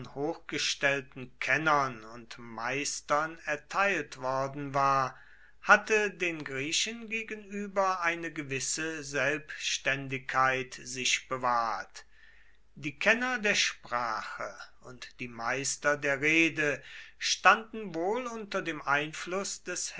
hochgestellten kennern und meistern erteilt worden war hatte den griechen gegenüber eine gewisse selbständigkeit sich bewahrt die kenner der sprache und die meister der rede standen wohl unter dem einfluß des